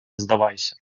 здавайся